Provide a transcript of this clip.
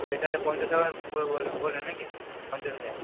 তো এটাতে পঞ্চাশ হাজার পড়বে বললেন না কি পঞ্চাশ হাজার